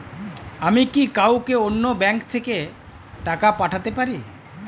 আমি কি কাউকে অন্য ব্যাংক থেকে টাকা পাঠাতে পারি?